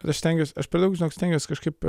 aš stengiuos aš per daug žinok stengiuos kažkaip